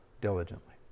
diligently